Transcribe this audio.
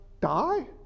die